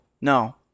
no